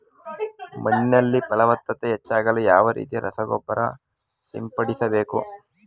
ಮಣ್ಣಿನಲ್ಲಿ ಫಲವತ್ತತೆ ಹೆಚ್ಚಾಗಲು ಯಾವ ರೀತಿಯ ರಸಗೊಬ್ಬರ ಸಿಂಪಡಿಸಬೇಕು?